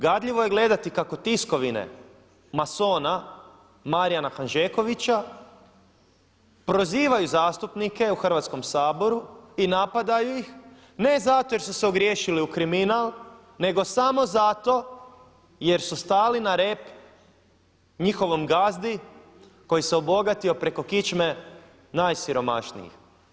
Gadljivo je gledati kako tiskovine masona Marijana Hanžekovića prozivaju zastupnike u Hrvatskom saboru i napadaju ih ne zato jer su se ogriješili o kriminal nego samo zato jer su stali na rep njihovom gazdi koji se obogatio preko kičme najsiromašnijih.